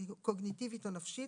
קוגניטיבית או נפשית,